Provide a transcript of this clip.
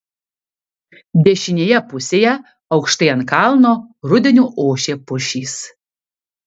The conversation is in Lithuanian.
dešinėje pusėje aukštai ant kalno rudeniu ošė pušys